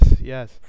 yes